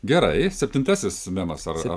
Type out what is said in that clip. gerai septintasis memas ar ar